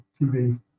tv